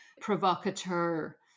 provocateur